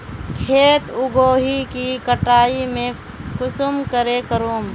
खेत उगोहो के कटाई में कुंसम करे करूम?